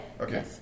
okay